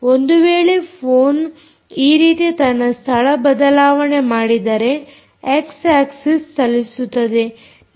ಒಂದು ವೇಳೆ ಫೋನ್ ಈ ರೀತಿ ತನ್ನ ಸ್ಥಳ ಬದಲಾವಣೆ ಮಾಡಿದರೆ ಎಕ್ಸ್ ಆಕ್ಸಿಸ್ ಚಲಿಸುತ್ತದೆ